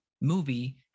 movie